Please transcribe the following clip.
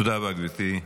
תודה רבה, גברתי.